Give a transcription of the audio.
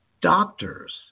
doctors